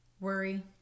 worry